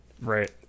right